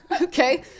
okay